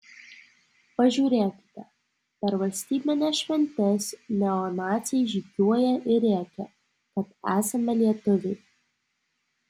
pažiūrėkite per valstybines šventes neonaciai žygiuoja ir rėkia kad esame lietuviai